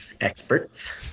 experts